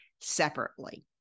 separately